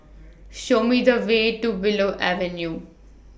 Show Me The Way to Willow Avenue